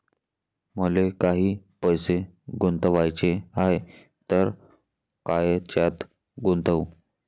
मले काही पैसे गुंतवाचे हाय तर कायच्यात गुंतवू?